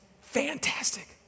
fantastic